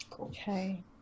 Okay